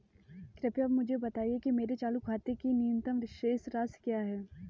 कृपया मुझे बताएं कि मेरे चालू खाते के लिए न्यूनतम शेष राशि क्या है?